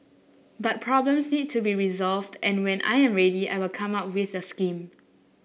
but problems need to be resolved and when I am ready I will come out with the scheme